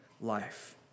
life